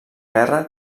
guerra